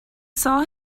saw